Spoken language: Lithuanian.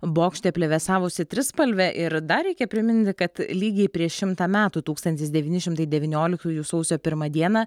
bokšte plevėsavusi trispalvė ir dar reikia priminti kad lygiai prieš šimtą metų tūkstantis devyni šimtai devynioliktųjų sausio pirmą dieną